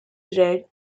red